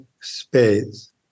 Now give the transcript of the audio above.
space